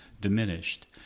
diminished